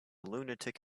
lunatic